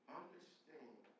understand